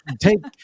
take